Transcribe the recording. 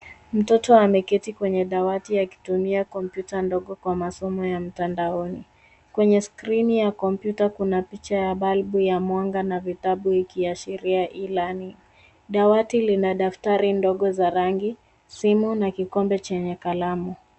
Mtoto ameketi kwenye dawati akitumia kompyuta ndogo kwa masomo ya mtandaoni. Kwenye skrini ya kompyuta kuna picha ya balbu ya mwanga na vitabu ikiashiria ilani. Dawati lina daftari ndogo za rangi, simu na kikombe chenye kalamu.